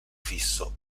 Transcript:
fisso